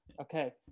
okay